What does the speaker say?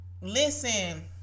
listen